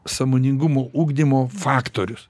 sąmoningumo ugdymo faktorius